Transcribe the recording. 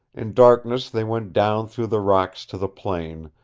in darkness they went down through the rocks to the plain,